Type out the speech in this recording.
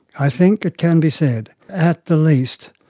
i think it can be said at the least,